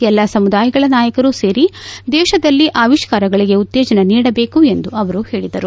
ಎಲ್ಲ ಸಮುದಾಯಗಳ ನಾಯಕರು ಸೇರಿ ದೇಶದಲ್ಲಿ ಅವಿಷ್ಕಾರಗಳಿಗೆ ಉತ್ತೇಜನ ನೀಡಬೇಕು ಎಂದು ಅವರು ಹೇಳಿದರು